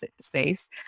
space